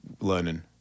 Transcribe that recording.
learning